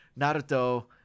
Naruto